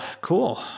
cool